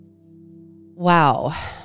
wow